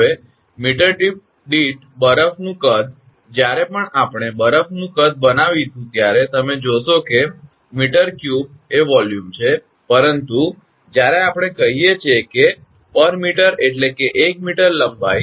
હવે મીટર દીઠ બરફનું કદ જ્યારે પણ આપણે બરફનું કદવોલ્યુમ બનાવીશું ત્યારે તમે જોશો કે મીટર ક્યુબ એ વોલ્યુમ છે પરંતુ જ્યારે આપણે કહીએ છીએ કે મીટર દીઠ એટલે કે 1 મીટર લંબાઈ